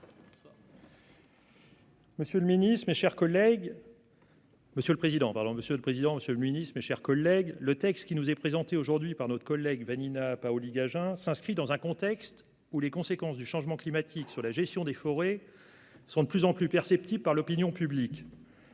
monsieur le ministre, mes chers collègues, nous examinons aujourd'hui le texte présenté par notre collègue Vanina Paoli-Gagin dans un contexte où les conséquences du changement climatique sur la gestion des forêts sont de plus en plus perceptibles par l'opinion publique.